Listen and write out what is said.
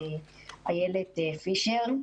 ואיילת פישר,